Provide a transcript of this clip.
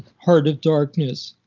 heart of darkness.